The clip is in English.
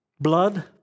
blood